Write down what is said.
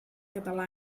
català